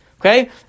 Okay